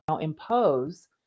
impose